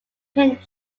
pinned